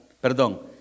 Perdón